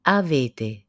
avete